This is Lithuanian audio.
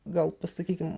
gal pasakykim